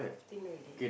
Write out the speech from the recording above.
fifteen already